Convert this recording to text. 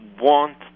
want